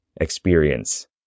experience